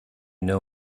know